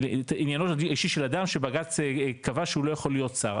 בשביל עניינו אישי של האדם שבג"צ קבע שהוא לא יכול להיות שר,